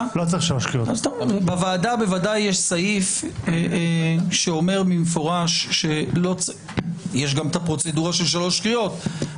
יש סעיף מפורש שניתן גם שלא בשלוש קריאות.